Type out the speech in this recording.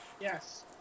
Yes